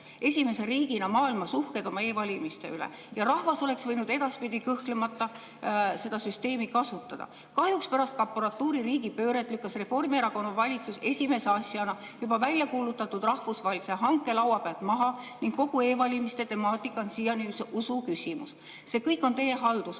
esimese riigina maailmas päriselt olla uhked oma e‑valimiste üle ja rahvas oleks võinud edaspidi kõhklemata seda süsteemi kasutada. Kahjuks pärast kaporatuuri riigipööret lükkas Reformierakonna valitsus esimese asjana juba välja kuulutatud rahvusvahelise hanke laua pealt maha ning kogu e-valimiste temaatika on siiani usu küsimus. See kõik on teie haldusalas.